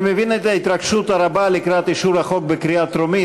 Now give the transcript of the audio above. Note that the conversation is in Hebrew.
אני מבין את ההתרגשות הרבה לקראת אישור החוק בקריאה טרומית,